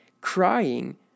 crying